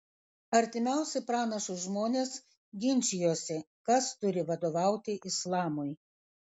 artimiausi pranašui žmonės ginčijosi kas turi vadovauti islamui